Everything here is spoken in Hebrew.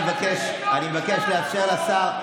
אני מבקש לאפשר לשר,